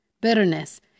Bitterness